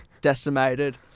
decimated